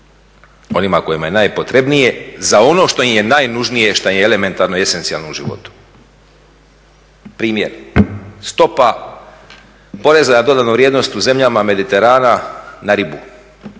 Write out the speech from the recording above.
onima kojima je najpotrebnije za ono što im je najnužnije, šta im je elementarno i esencijalno u životu. Primjer stopa poreza na dodanu vrijednost u zemljama mediterana na ribu.